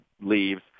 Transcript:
leaves